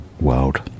world